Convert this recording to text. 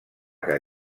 que